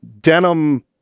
Denim